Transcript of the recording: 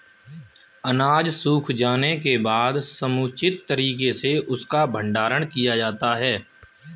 अनाज सूख जाने के बाद समुचित तरीके से उसका भंडारण किया जाता है